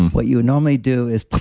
what you would normally do is.